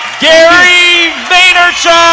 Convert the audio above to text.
gary vaynerchuk!